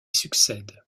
succède